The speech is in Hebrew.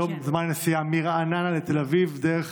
היום זמן הנסיעה מרעננה לתל אביב דרך